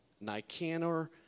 Nicanor